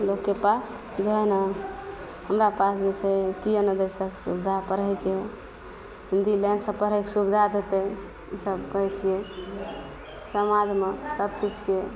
लोकके पास जएह ने हमरा पास जे छै किएक ने दै सब सुविधा पढ़ैके हिन्दी लाइनसे पढ़ैके सुविधा देते ईसब कहै छिए समाजमे सबचीजके